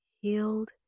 healed